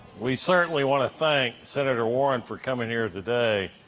we certainly want to thank senator warren for coming here today.